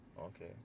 Okay